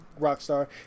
Rockstar